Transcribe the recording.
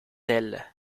elles